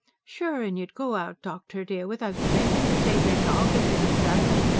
sure an' you'd go out, doctor dear, without thinkin', to save your dog if he was drownin'.